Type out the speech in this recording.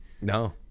No